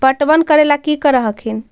पटबन करे ला की कर हखिन?